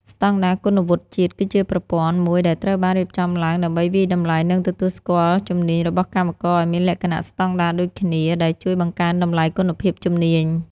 ស្តង់ដារគុណវុឌ្ឍិជាតិ គឺជាប្រព័ន្ធមួយដែលត្រូវបានរៀបចំឡើងដើម្បីវាយតម្លៃ និងទទួលស្គាល់ជំនាញរបស់កម្មករឱ្យមានលក្ខណៈស្តង់ដារដូចគ្នា ដែលជួយបង្កើនតម្លៃគុណភាពជំនាញ។